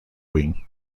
wing